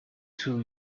two